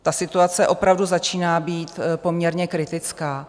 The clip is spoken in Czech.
Ta situace opravdu začíná být poměrně kritická.